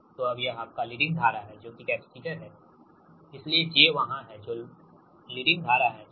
तो अब यह आपका लीडिंग धारा है जो कि कैपेसिटर है इसलिएj वहाँ है जो ल्राडिंग धारा है ठीक